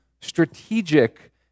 strategic